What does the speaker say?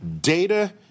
data